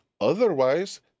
Otherwise